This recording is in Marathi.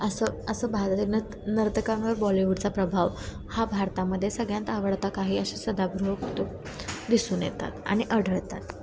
असं असं भारतीय नत नर्तकांवर बॉलीवूडचा प्रभाव हा भारतामध्ये सगळ्यांत आवडता काही असे सदा दिसून येतात आणि आढळतात